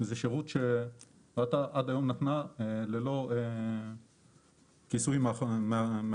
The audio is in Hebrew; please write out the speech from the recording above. וזה שירות שרת"א עד היום נתנה ללא כיסוי מאחוריו.